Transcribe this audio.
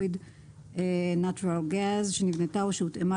Liquid natural gas - שנבנתה או שהותאמה